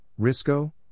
Risco